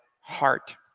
heart